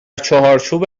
چارچوب